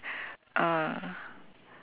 uh